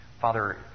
Father